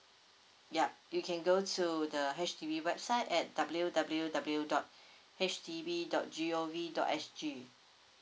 ya you can go to the H_D_B website at W W W dot H D B dot G O V dot S G